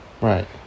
Right